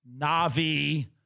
Na'vi